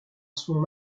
son